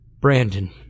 Brandon